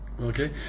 Okay